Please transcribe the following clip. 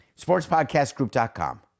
Sportspodcastgroup.com